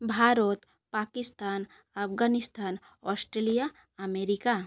Bharat Pakistan Afghanistan Australia America